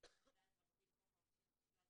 368ד לחוק העונשין,